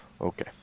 Okay